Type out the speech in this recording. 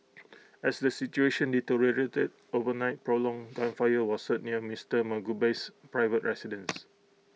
as the situation deteriorated overnight prolonged gunfire was heard near Mister Mugabe's private residence